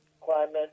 climate